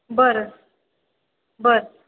बरं बरं